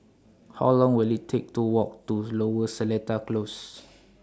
How Long Will IT Take to Walk to Lower Seletar Close